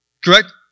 Correct